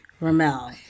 Ramel